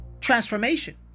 transformation